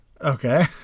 Okay